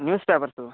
newspapers